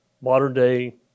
modern-day